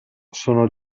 sono